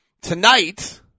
Tonight